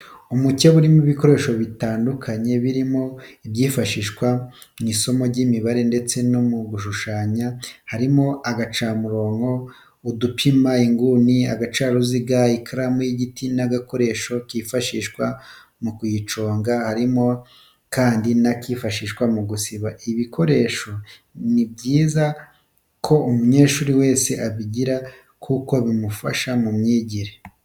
Umukebe urimo ibikoresho bitandukanye birimo ibyifashishwa mu isomo ry'imibare ndetse no mu gushushanya, harimo agacamurongo, udupima inguni, agacaruziga, ikaramu y'igiti n'agakoresho kifashishwa mu kuyiconga, harimo kandi n'akifashishwa mu gusiba. Ibi bikoresho ni byiza ko umunyeshuri wese abigira kuko bimufasha mu myigire.